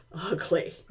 ugly